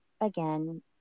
again